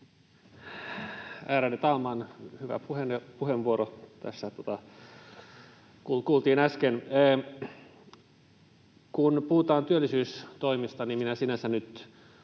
Ärade talman! Hyvä puheenvuoro tässä kuultiin äsken. — Kun puhutaan työllisyystoimista, niin minä nyt